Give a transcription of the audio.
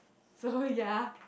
no yea